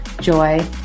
joy